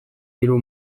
hiru